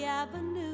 avenue